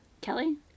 Kelly